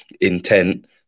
intent